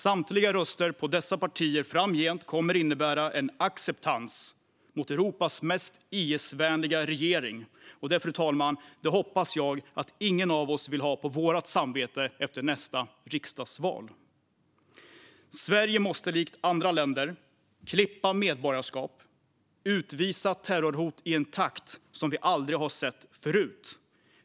Samtliga röster på dessa partier framgent kommer att innebära en acceptans av Europas mest IS-vänliga regering. Det, fru talman, hoppas jag att ingen av oss vill ha på sitt samvete efter nästa riksdagsval. Sverige måste likt andra länder klippa medborgarskap och utvisa terrorhot i en takt som vi aldrig sett förut.